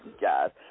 God